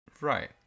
Right